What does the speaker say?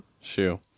shoe